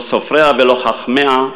לא סופריה ולא חכמיה,